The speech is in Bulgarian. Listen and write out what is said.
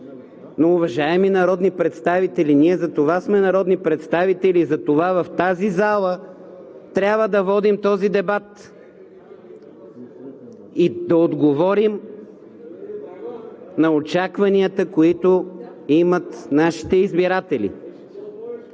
Но, уважаеми народни представители, ние за това сме народни представители, затова в тази зала трябва да водим този дебат и да отговорим на очакванията, които имат нашите избиратели.